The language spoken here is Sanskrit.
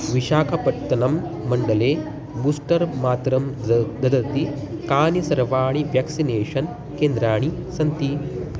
विशाखपत्तनं मण्डले बूस्टर् मात्रां ददति ददति कानि सर्वाणि व्याक्सिनेषन् केन्द्राणि सन्ति